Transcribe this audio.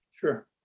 Sure